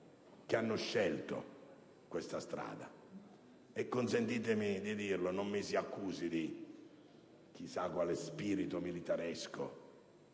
che hanno scelto tale strada. Consentitemi di dirlo, e non mi si accusi di chissà quale spirito militaresco.